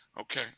Okay